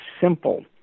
simple